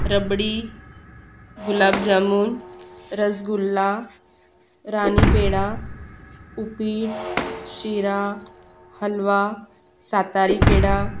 रबडी गुलाबजामून रसगुल्ला राणी पेढा उपीट शिरा हलवा सातारी पेढा